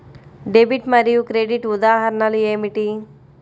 Debit మరియు credit ఉదాహరణలు ఏమిటీ?